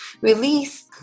release